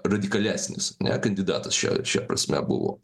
radikalesnis ne kandidatas šia šia prasme buvo